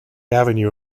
avenue